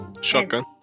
Shotgun